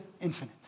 infinite